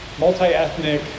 multi-ethnic